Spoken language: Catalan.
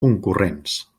concurrents